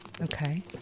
Okay